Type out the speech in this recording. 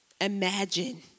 imagine